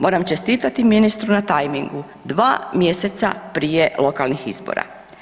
Moram čestitati ministru na tajmingu, dva mjeseca prije lokalnih izbora.